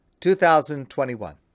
2021